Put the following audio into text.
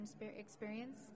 experience